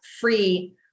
free